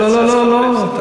לא לא לא לא,